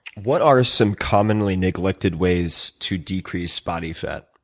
what are some commonly neglected ways to decrease body fat,